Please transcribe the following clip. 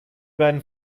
beiden